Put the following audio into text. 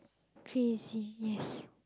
crazy yes